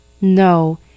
No